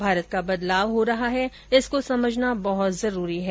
भारत का बदलाव हो रहा है इसको समझना बहुत जरूरी है